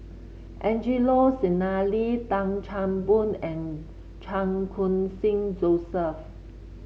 Angelo Sanelli Tan Chan Boon and Chan Khun Sing Joseph